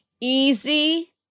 easy